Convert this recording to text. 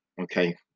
okay